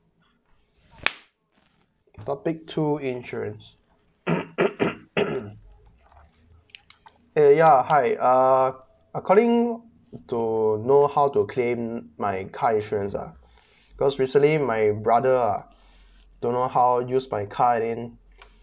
topic two insurance uh ya hi uh according to know how to claim my car insurance uh cause recently my brother uh don't know how use my car and he